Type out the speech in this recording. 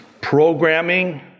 programming